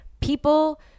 people